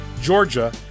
Georgia